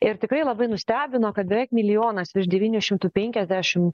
ir tikrai labai nustebino kad beveik milijonas virš devynių šimtų penkiasdešim